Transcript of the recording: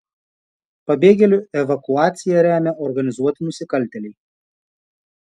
pabėgėlių evakuaciją remia organizuoti nusikaltėliai